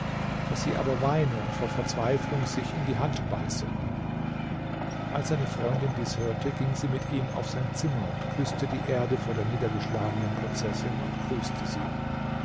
daß sie aber weine und vor verzweiflung sich in die hand beiße als seine freundin dies hörte ging sie mit ihm auf sein zimmer und küßte die erde vor der niedergeschlagenen prinzessin und grüßte sie